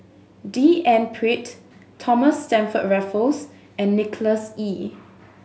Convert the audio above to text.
D N Pritt Thomas Stamford Raffles and Nicholas Ee